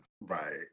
right